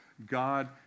God